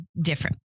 different